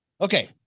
okay